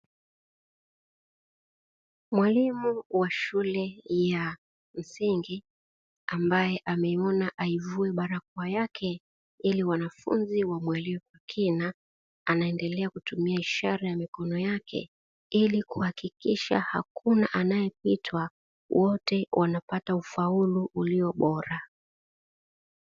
Mwalimu wa shule ya msingi ambaye, ameona aivue barakoa yake ili wanafunzi wamuelewe kwa kina, anaendelea kutumia ishara ya mikono yake ili kuhakikisha hakuna anayepitwa wote wanapata ufaulu ulio bora.